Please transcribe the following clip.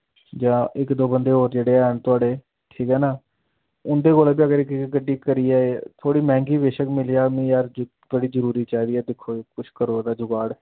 जां इक दो बन्दे जेह्ड़े हैन थोआढ़े ठीक ऐ ना उ'न्दे कोला बी अगर इक इक गड्डी करियै थोह्ड़ी मैंह्गी बेशक्क मिली जाऽ मिगी यार बड़ी जरूरी चाहिदी ऐ दिक्खो कुछ करो ओह्दा कुछ जुगाड़